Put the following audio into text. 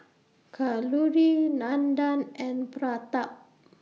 Kalluri Nandan and Pratap